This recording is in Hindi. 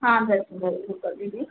हाँ सर पूरा वो बुक कर दीजिए